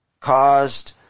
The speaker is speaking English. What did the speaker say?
caused